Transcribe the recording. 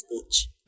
speech